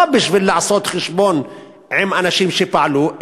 לא בשביל לעשות חשבון עם אנשים שפעלו,